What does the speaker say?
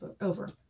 over